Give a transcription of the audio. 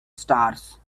stars